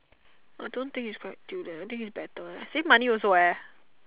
I don't think is quite tilt eh I think is better eh save money also eh